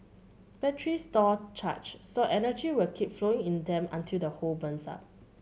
batteries store charge so energy will keep flowing in them until the whole burns up